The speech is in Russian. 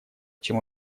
чем